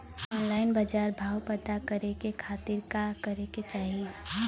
Online बाजार भाव पता करे के खाती का करे के चाही?